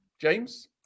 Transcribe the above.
James